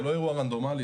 זה לא אירוע רנדומלי,